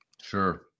sure